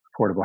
affordable